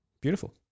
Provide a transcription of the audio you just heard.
Beautiful